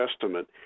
Testament